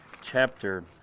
chapter